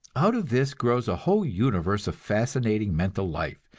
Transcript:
out of this grows a whole universe of fascinating mental life,